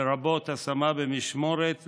לרבות השמה במשמורת,